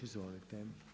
Izvolite.